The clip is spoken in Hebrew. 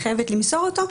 היא חייבת למסור אותו,